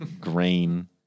green